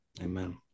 Amen